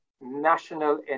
national